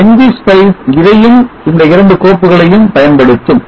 ng spice இதையும் இந்த இரண்டு கோப்புகளையும் பயன்படுத்தும்